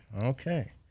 Okay